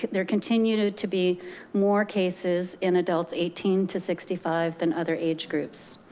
there continue to to be more cases in adults eighteen to sixty five than other age groups.